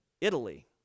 Italy